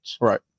Right